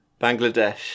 Bangladesh